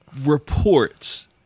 reports